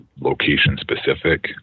location-specific